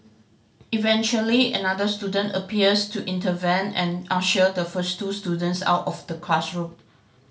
eventually another student appears to intervene and usher the first two students out of the classroom